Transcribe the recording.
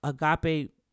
Agape